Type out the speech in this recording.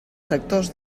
sectors